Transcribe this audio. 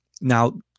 Now